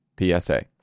PSA